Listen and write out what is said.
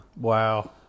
Wow